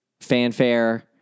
fanfare